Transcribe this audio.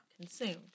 consumed